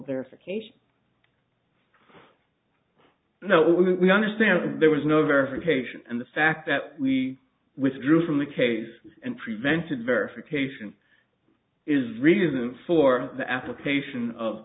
their fixation no we understand that there was no verification and the fact that we withdrew from the case and prevented verification is reason for the application of